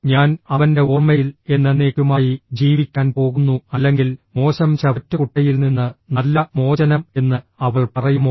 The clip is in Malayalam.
ഞാൻ അവന്റെ ഓർമ്മയിൽ എന്നെന്നേക്കുമായി ജീവിക്കാൻ പോകുന്നു അല്ലെങ്കിൽ മോശം ചവറ്റുകുട്ടയിൽ നിന്ന് നല്ല മോചനം എന്ന് അവൾ പറയുമോ